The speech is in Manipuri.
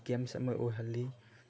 ꯒꯦꯝꯁ ꯑꯃ ꯑꯣꯏꯍꯜꯂꯤ